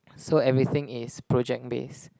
so everything is project based